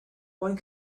one